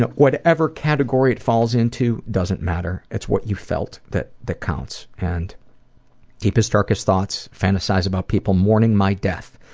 whatever category it falls into doesn't matter. it's what you felt that that counts. and deepest darkest thoughts, fantasize about people mourning my death.